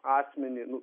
asmenį nu